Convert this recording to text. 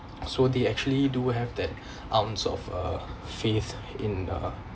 so they actually do have that ounce of uh faith in err